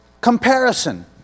comparison